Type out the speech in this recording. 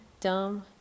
Dumb